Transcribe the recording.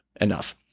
enough